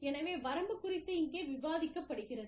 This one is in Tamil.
எனவே வரம்பு குறித்து இங்கே விவாதிக்கப்படுகிறது